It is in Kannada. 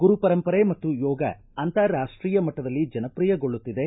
ಗುರುಪರಂಪರೆ ಮತ್ತು ಯೋಗ ಅಂತಾರಾಬ್ಜೀಯ ಮಟ್ಟದಲ್ಲಿ ಜನಪ್ರಿಯಗೊಳ್ಳುತ್ತಿದೆ